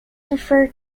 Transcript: referred